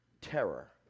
terror